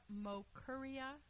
Mokuria